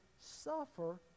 suffer